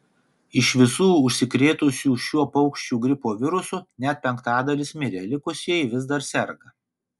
iš visų užsikrėtusių šiuo paukščių gripo virusu net penktadalis mirė likusieji vis dar serga